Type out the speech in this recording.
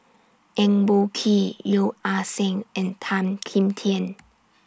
Eng Boh Kee Yeo Ah Seng and Tan Kim Tian